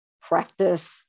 Practice